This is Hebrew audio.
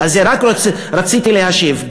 אז רק רציתי להשיב.